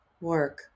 work